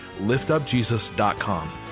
liftupjesus.com